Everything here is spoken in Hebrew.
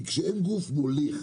כי כשאין גוף מוליך,